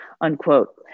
unquote